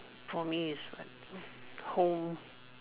for me is like whole